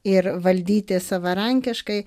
ir valdyti savarankiškai